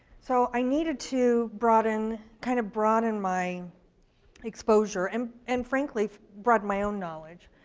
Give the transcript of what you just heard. so i needed to broaden kind of broaden my exposure, and and frankly broaden my own knowledge.